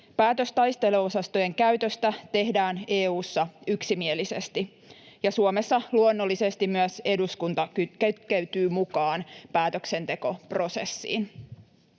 Päätös taisteluosastojen käytöstä tehdään EU:ssa yksimielisesti, ja Suomessa luonnollisesti myös eduskunta kytkeytyy mukaan päätöksentekoprosessiin.